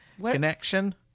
Connection